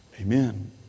Amen